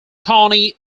toni